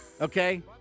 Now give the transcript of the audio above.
Okay